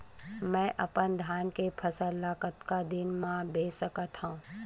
मैं अपन धान के फसल ल कतका दिन म बेच सकथो?